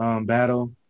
battle